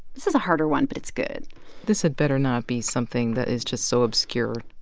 this is a harder one, but it's good this had better not be something that is just so obscure.